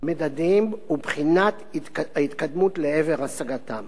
ומדדים ובחינת ההתקדמות לעבר השגתם.